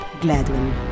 Gladwin